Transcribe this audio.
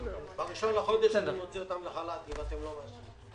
ב-1 בחודש אני מוציא אותם לחל"ת אם אתם לא מאשרים.